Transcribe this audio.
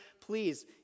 please